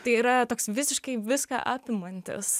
tai yra toks visiškai viską apimantis